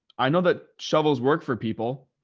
i know that shovels worked for people.